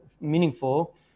meaningful